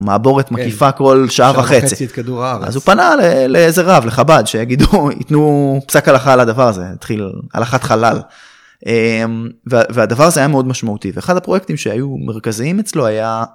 - מעבורת מקיפה כל שעה וחצי - את כדור הארץ - אז הוא פנה לאיזה רב, לחב"ד, שיגידו, ייתנו פסק הלכה על הדבר הזה, התחיל הלכת חלל והדבר הזה היה מאוד משמעותי ואחד הפרויקטים שהיו מרכזיים אצלו היה.